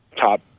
top